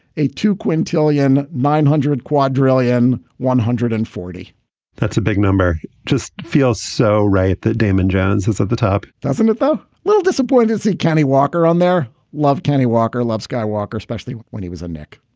a two quintillion nine hundred quadrillion. one hundred and forty that's a big number. just feels so right that damon jones is at the top, doesn't it, though? little disappoint, is it kenny walker on their love? kenny walker loves skywalker, especially when he was a knick.